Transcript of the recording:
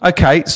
Okay